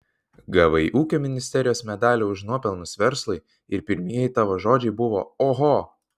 gavai ūkio ministerijos medalį už nuopelnus verslui ir pirmieji tavo žodžiai buvo oho